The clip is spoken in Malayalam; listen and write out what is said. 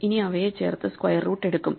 ഇനി അവയെ ചേർത്ത് സ്ക്വയർ റൂട്ട് എടുക്കും